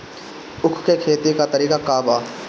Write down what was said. उख के खेती का तरीका का बा?